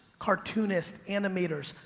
cartoonists, animators.